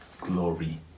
glory